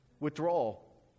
withdrawal